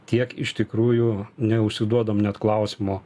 tiek iš tikrųjų neužsiduodam net klausimo